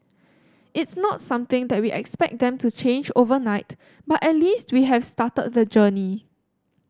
it's not something that we expect them to change overnight but at least we have started the journey